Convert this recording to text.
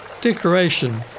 decoration